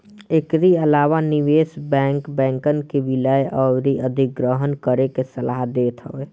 एकरी अलावा निवेश बैंक, बैंकन के विलय अउरी अधिग्रहण करे के सलाह देत हवे